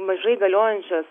mažai galiojančios